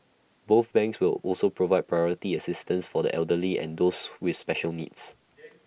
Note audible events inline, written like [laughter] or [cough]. both banks will also provide priority assistance for the elderly and those with special needs [noise]